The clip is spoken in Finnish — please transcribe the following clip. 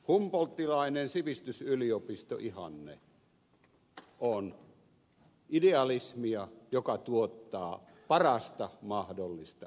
humboldtilainen sivistysyliopistoihanne on idealismia joka tuottaa parasta mahdollista realismia